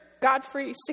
Godfrey